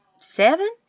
seven